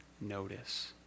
notice